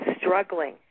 struggling